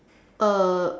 uh